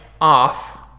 off